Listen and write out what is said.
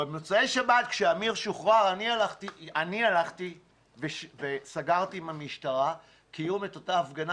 במוצאי שבת כשאמיר שוחרר אני הלכתי וסגרתי עם המשטרה קיום אותה הפגנה,